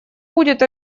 будет